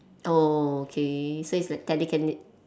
oh okay so it's like telekinetic